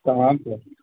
कहाँ पर